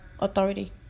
authority